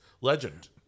legend